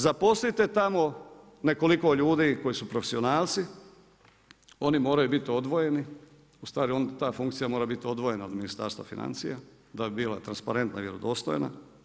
Zaposlite tamo nekoliko ljudi koji su profesionalci, oni moraju biti odvojeni, ustvari ta funkcija mora biti odvojena od Ministarstva financija da bi bila transparentna i vjerodostojna.